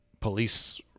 police